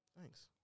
Thanks